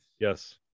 Yes